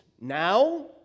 now